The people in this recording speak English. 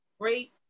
great